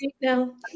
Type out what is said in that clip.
No